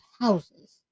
houses